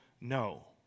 No